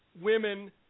women